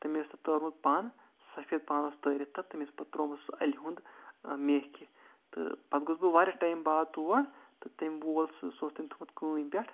تٔمۍ اوس تَتھ تورمُت پَن سَفید پَن اوس تٲرِتھ تَتھ تٔمۍ اوس پَتہٕ تروومُت سہُ اَلہِ ہُنٛد میکھہِ تہٕ پَتہٕ گوٚوس بہٕ واریاہ ٹایم باد تور تہٕ تٔمۍ وول سُہ سُہ اوس تٔمۍ تھوومُت کٲنۍ پٮ۪ٹھ